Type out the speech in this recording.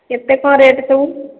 କେତେ କ'ଣ ରେଟ୍ ସବୁ